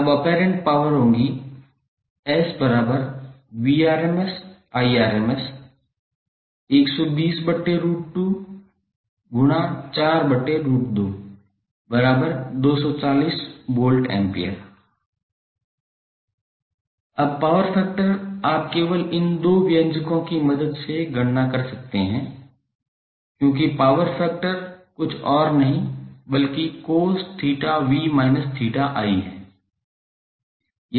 अब apparent power होगी 𝑆120√2∗4√2240 VA अब पावर फैक्टर आप केवल इन 2 व्यंजकों की मदद से गणना कर सकते हैं क्योंकि पावर फैक्टर कुछ और नहीं बल्कि cos𝜃𝑣−𝜃𝑖 है